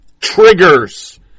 triggers